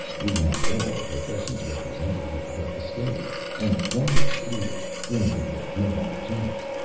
we have all the professions represented here but the stage, and why exclude it, granting that no one objects?